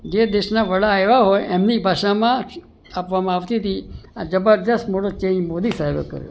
જે દેશના વડા આવ્યા હોય એમની ભાષામાં આપવામાં આવતી હતી આ જબરદસ્ત મોટો ચેન્જ મોદી સાહેબ